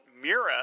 Mira